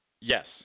Yes